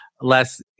less